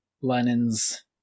Lenin's